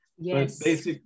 Yes